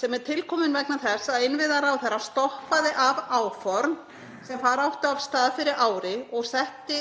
sem er til komin vegna þess að innviðaráðherra stoppaði af áform sem fara áttu af stað fyrir ári og setti